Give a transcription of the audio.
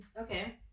Okay